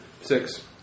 Six